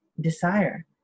desire